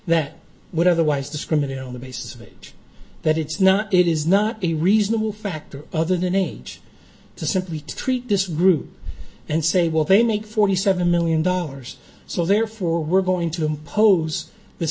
that would otherwise discriminate on the basis of age that it's not it is not a reasonable factor other than age to simply treat this group and say well they make forty seven million dollars so therefore we're going to impose this